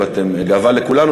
אתם גאווה לכולנו,